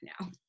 now